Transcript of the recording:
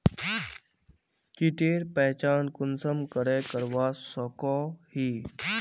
कीटेर पहचान कुंसम करे करवा सको ही?